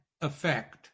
effect